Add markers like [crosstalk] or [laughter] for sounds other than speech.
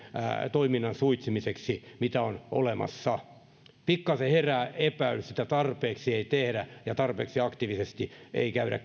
toiminnan suitsimiseksi mitä on olemassa pikkasen herää epäilys että tarpeeksi ei tehdä ja tarpeeksi aktiivisesti ei käydä [unintelligible]